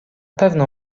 pewno